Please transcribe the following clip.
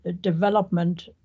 development